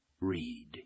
read